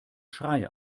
schrei